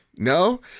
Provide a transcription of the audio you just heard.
No